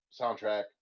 soundtrack